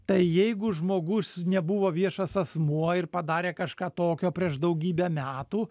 tai jeigu žmogus nebuvo viešas asmuo ir padarė kažką tokio prieš daugybę metų